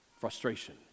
frustration